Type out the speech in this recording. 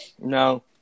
No